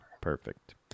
Perfect